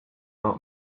old